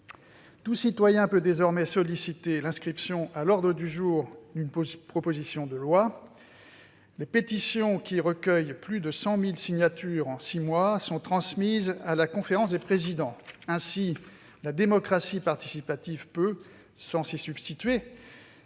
Tout citoyen peut désormais solliciter l'inscription à l'ordre du jour de notre assemblée d'une proposition de loi. Les pétitions qui recueillent plus de 100 000 signatures en six mois sont transmises à la conférence des présidents. Ainsi, la démocratie participative peut, sans s'y substituer,